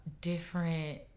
different